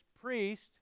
priest